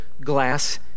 glass